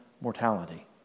mortality